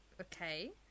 Okay